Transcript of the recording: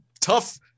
tough